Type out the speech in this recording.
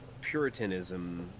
puritanism